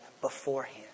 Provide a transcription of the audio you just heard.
beforehand